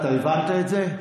אתה הבנת את זה?